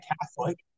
Catholic